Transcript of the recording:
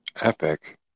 Epic